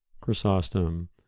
chrysostom